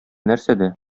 нәрсәдә